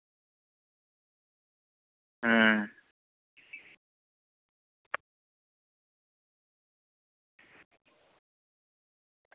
ᱦᱩᱸ